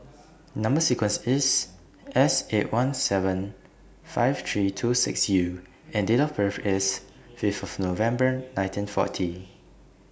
Number sequence IS S eight one seven five three two six U and Date of birth IS Fifth November nineteen forty